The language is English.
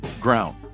ground